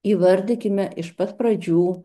įvardykime iš pat pradžių